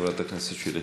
חברת הכנסת שלי יחימוביץ,